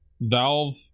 Valve